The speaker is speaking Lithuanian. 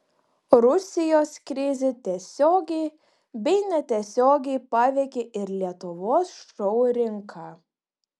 rusijos krizė tiesiogiai bei netiesiogiai paveikė ir lietuvos šou rinką